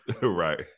Right